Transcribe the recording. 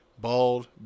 bald